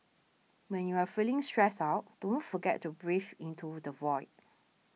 when you are feeling stressed out don't forget to breathe into the void